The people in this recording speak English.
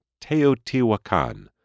Teotihuacan